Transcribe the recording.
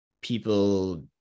people